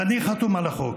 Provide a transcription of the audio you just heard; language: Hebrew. אני חתום על החוק.